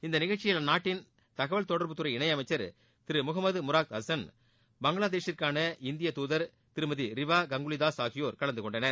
இந்த நிகழ்ச்சியில் அந்நாட்டின் தகவல் தொடர்புத்துறை இணையமைச்சர் திரு முகமது முராத் ஹசன் பங்களாதேஷிற்கான இந்திய துதர் திருமதி ரிவா கங்குலி தாஸ் ஆகியோர் கலந்து கொண்டனர்